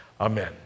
Amen